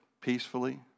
peacefully